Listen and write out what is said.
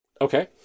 okay